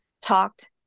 talked